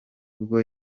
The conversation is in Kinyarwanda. bwo